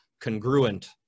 congruent